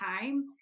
time